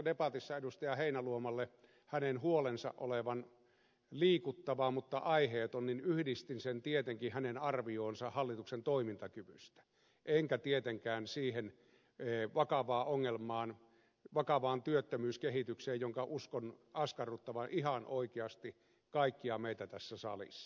heinäluomalle hänen huolensa olevan liikuttava mutta aiheeton niin yhdistin sen tietenkin hänen arvioonsa hallituksen toimintakyvystä enkä tietenkään siihen vakavaan ongelmaan vakavaan työttömyyskehitykseen jonka uskon askarruttavan ihan oikeasti kaikkia meitä tässä salissa